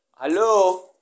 Hello